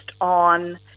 on